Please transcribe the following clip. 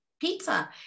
pizza